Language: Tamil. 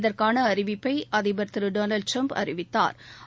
இதற்கான அறிவிப்பை அதிபா் திரு டொனால்டு டிரம்ப் அறிவித்தாா்